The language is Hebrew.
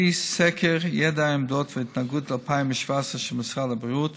לפי סקר ידע עמדות והתנהגות 2017 של משרד הבריאות,